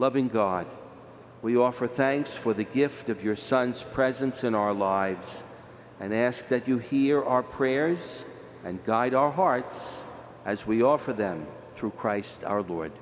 loving god we offer thanks for the gift of your son's presence in our lives and ask that you hear our prayers and guide our hearts as we offer them through christ